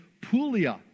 Puglia